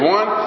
One